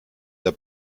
der